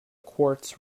quartz